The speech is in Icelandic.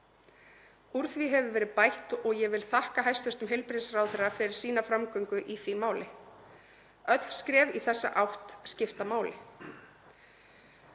Úr því hefur verið bætt og ég vil þakka hæstv. heilbrigðisráðherra fyrir sína framgöngu í því máli. Öll skref í þessa átt skipta máli.